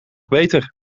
beter